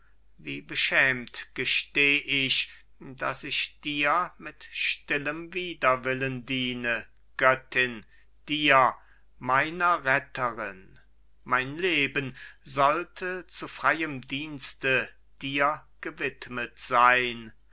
wie beschämt gesteh ich daß ich dir mit stillem widerwillen diene göttin dir meiner retterin mein leben sollte zu freiem dienste dir gewidmet sein